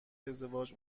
ازدواج